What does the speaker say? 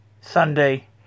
Sunday